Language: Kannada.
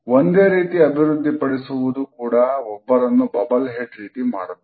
ಒಂದೇ ರೀತಿ ಅಭಿವೃದ್ಧಿಪಡಿಸುವುದು ಕೂಡ ಒಬ್ಬರನ್ನು ಬಬಲ್ ಹೆಡ್ ರೀತಿ ಮಾಡುತ್ತದೆ